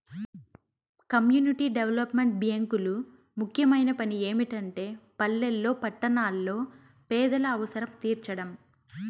community development బ్యేంకులు ముఖ్యమైన పని ఏమిటంటే పల్లెల్లో పట్టణాల్లో పేదల అవసరం తీర్చడం